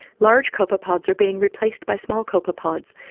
large copepods are being replaced by small copepods.